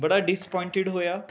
ਬੜਾ ਡਿਸਪੋਇੰਟਡ ਹੋਇਆ